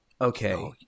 okay